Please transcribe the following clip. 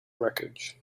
wreckage